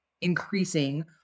increasing